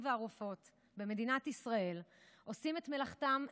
והרופאות במדינת ישראל עושים את מלאכתם נאמנה,